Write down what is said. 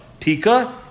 Pika